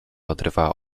odrywała